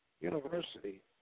University